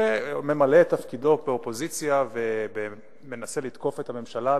שממלא את תפקידו באופוזיציה ומנסה לתקוף את הממשלה.